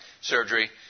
surgery